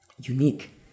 unique